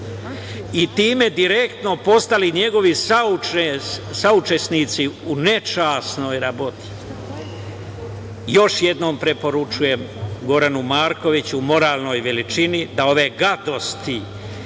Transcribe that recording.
i time direktno postali njegovi saučesnici u nečasnoj raboti. Još jednom preporučujem Goranu Markoviću, moralnoj veličini, da ove gadosti